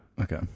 Okay